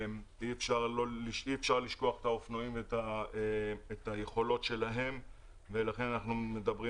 אי אפשר לשכוח את האופנועים ואת היכולות שלהם ולכן אנחנו מדברים